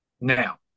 Now